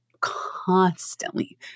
constantly